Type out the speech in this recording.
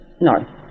No